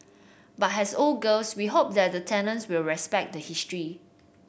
but has old girls we hope that the tenants will respect the history